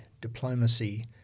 diplomacy